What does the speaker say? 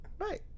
right